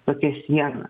tokia siena